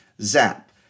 Zap